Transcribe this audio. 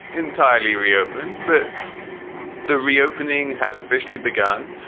entirely reopened. but the reopening has officially begun.